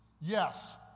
Yes